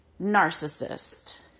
narcissist